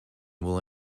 will